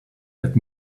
that